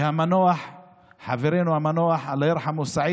אפילו לא בהימנעות מבחוץ,